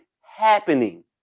happening